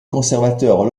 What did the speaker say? conservateur